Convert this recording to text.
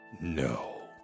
No